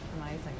Amazing